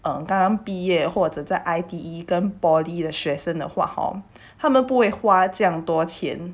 um 刚刚毕业或者在 I_T_E and poly 的学生的话 hor 他们不会花这样多钱